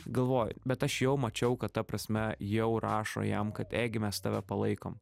galvoju bet aš jau mačiau kad ta prasme jau rašo jam kad egi mes tave palaikom